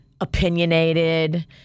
opinionated